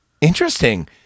Interesting